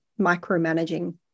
micromanaging